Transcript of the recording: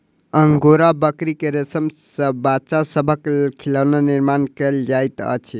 angora बकरी के रेशम सॅ बच्चा सभक लेल खिलौना निर्माण कयल जाइत अछि